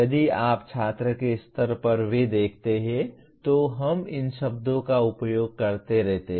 यदि आप छात्र के स्तर पर भी देखते हैं तो हम इन शब्दों का उपयोग करते रहते हैं